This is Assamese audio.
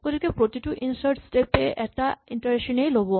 গতিকে প্ৰতিটো ইনচাৰ্ট স্টেপ এ এটা ইটাৰেচন এই ল'ব